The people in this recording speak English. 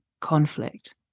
conflict